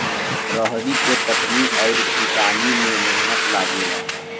रहरी के कटनी अउर पिटानी में मेहनत लागेला